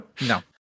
No